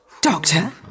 Doctor